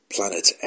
Planet